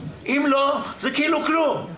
אם לא, זה כאילו כלום.